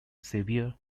saviour